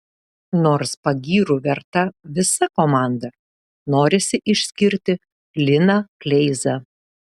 nors pagyrų verta visa komanda norisi išskirti liną kleizą